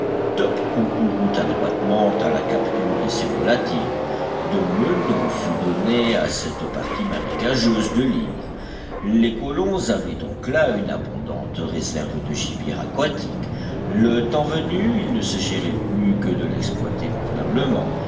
top concourut adroitement à la capture de ces volatiles dont le nom fut donné à cette partie marécageuse de l'île les colons avaient donc là une abondante réserve de gibier aquatique le temps venu il ne s'agirait plus que de l'exploiter convenablement